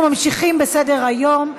אנחנו ממשיכים בסדר-היום.